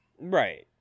right